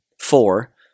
Four